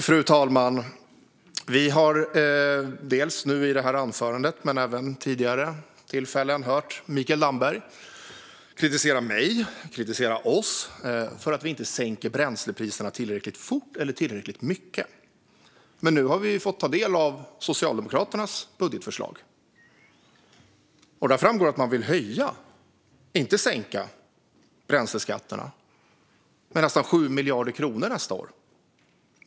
Fru talman! Vi har både i detta anförande och vid tidigare tillfällen hört Mikael Damberg kritisera mig och oss för att vi inte sänker bränslepriserna tillräckligt fort eller tillräckligt mycket. Men nu har vi ju fått ta del av Socialdemokraternas budgetförslag, och där framgår det att man vill höja - inte sänka - bränsleskatterna med nästan 7 miljarder kronor nästa år.